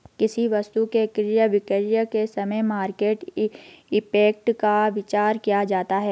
किसी वस्तु के क्रय विक्रय के समय मार्केट इंपैक्ट का विचार किया जाता है